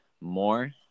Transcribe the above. more